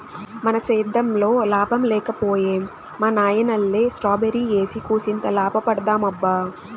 మన సేద్దెంలో లాభం లేక పోయే మా నాయనల్లె స్ట్రాబెర్రీ ఏసి కూసింత లాభపడదామబ్బా